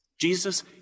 Jesus